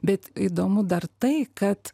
bet įdomu dar tai kad